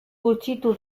gutxitu